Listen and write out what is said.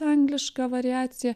angliška variacija